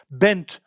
bent